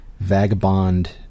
vagabond